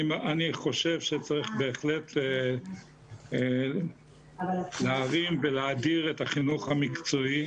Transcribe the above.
אני חושב שצריך בהחלט להרים ולהאדיר את החינוך המקצועי.